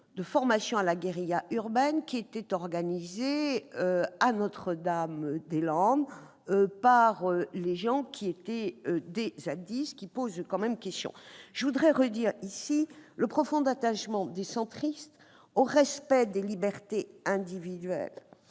de formation à la guérilla urbaine, organisés à Notre-Dame-des-Landes par des zadistes, et qui posent question. Je voudrais redire ici le profond attachement des centristes au respect des libertés individuelles